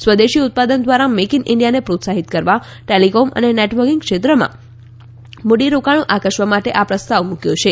સ્વદેશી ઉત્પાદન દ્વારા મેક ઇન ઇન્ડિયાને પ્રોત્સાહિત કરવા ટેલિકોમ અને નેટવર્કિંગ ક્ષેત્રમાં મૂડીરોકાણો આકર્ષવા માટે આ પ્રસ્તાવ મૂક્યો છે